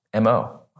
MO